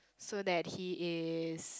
so that he is